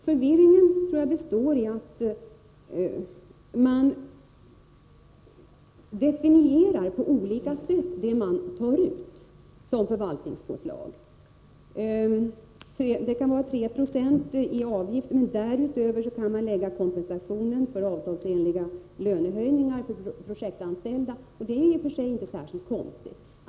Förvirringen tror jag består i att man definierar det förvaltningspåslag som tas ut på olika sätt. Det kan vara 3 20 i avgift, men därutöver kan man lägga kompensationen för avtalsenliga lönehöjningar för projektanställda. Det är i och för sig inte särskilt konstigt.